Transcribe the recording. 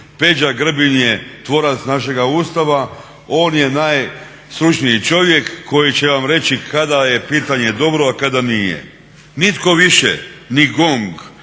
Peđa Grbin je tvorac našega Ustava, on je najstručniji čovjek koji će vam reći kada je pitanje dobro, a kada nije. Nitko više, ni GONG,